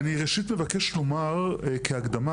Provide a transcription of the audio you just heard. אני ראשית מבקש לומר כהקדמה,